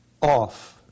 off